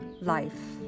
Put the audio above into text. life